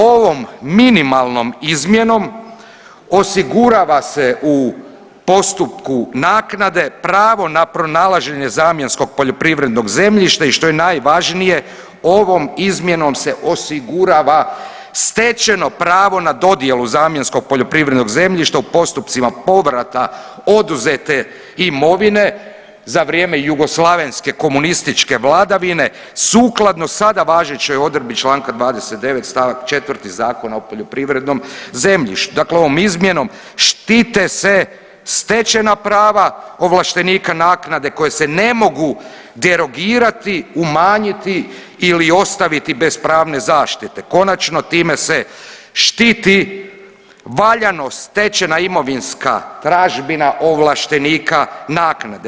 Ovom minimalnom izmjenom osigurava se u postupku naknade pravo na pronalaženje zamjenskog poljoprivrednog zemljišta i što je najvažnije ovom izmjenom se osigurava stečeno pravo na dodjelu zamjenskog poljoprivrednog zemljišta u postupcima povrata oduzete imovine za vrijeme jugoslavenske komunističke vladavine sukladno sada važećoj odredbi čl. 29. st. 4. Zakona o poljoprivrednom zemljištu, dakle ovom izmjenom štite se stečena prava ovlaštenika naknade koje se ne mogu derogirati, umanjiti ili ostaviti bez pravne zaštite, konačno time se štiti valjano stečena imovinska tražbina ovlaštenika naknade.